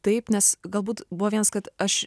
taip nes galbūt buvo vienas kad aš